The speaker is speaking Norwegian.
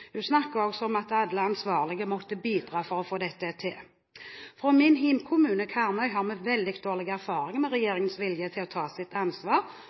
Hun snakket også om at alle ansvarlige måtte bidra for å få dette til. I min hjemkommune Karmøy har vi veldig dårlig erfaring med regjeringens vilje til å ta sitt ansvar